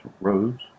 roads